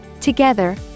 Together